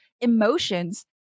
emotions